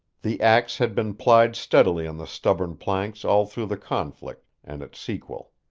the ax had been plied steadily on the stubborn planks all through the conflict and its sequel.